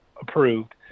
approved